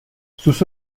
sus